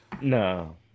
No